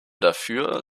dafür